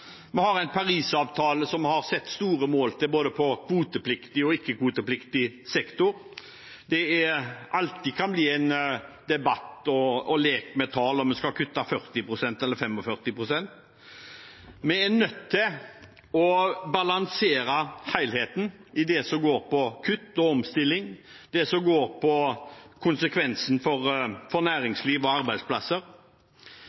Vi har en Parisavtale som har satt store mål for både kvotepliktig og ikke-kvotepliktig sektor. Det kan alltid bli en debatt og lek med tall om hvorvidt vi skal kutte 40 pst. eller 45 pst. Vi er nødt til å balansere helheten i det som handler om kutt og omstilling, det som handler om konsekvensene for